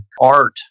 art